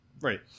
Right